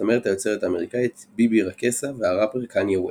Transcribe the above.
הזמרת היוצרת האמריקאית ביבי רקסה והראפר קניה וסט.